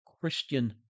christian